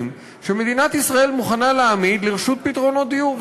שמדינת ישראל מוכנה להעמיד לטובת פתרונות דיור,